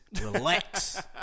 relax